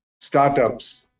startups